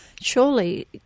surely